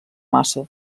massa